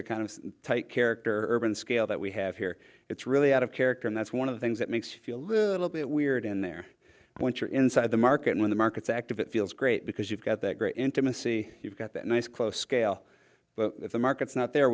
the kind of tight character scale that we have here it's really out of character and that's one of the things that makes you feel a little bit weird in there once you're inside the market when the markets active it feels great because you've got that great intimacy you've got that nice close scale the market's not there